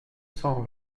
cent